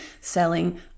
selling